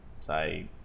say